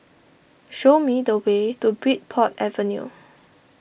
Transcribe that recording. show me the way to Bridport Avenue